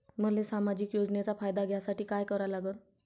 मले सामाजिक योजनेचा फायदा घ्यासाठी काय करा लागन?